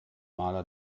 maler